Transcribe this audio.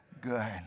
good